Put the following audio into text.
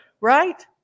Right